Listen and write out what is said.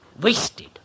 wasted